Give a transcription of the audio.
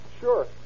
sure